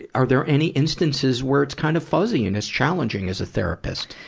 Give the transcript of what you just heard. are there any instances where it's kind of fuzzy and it's challenging as a therapist?